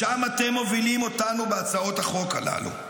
לשם אתם מובילים אותנו בהצעות החוק הללו,